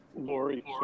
Lori